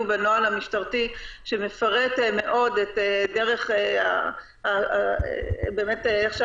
גם בנוהל המשטרתי שמפרט מאוד את דרך העבודה של